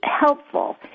helpful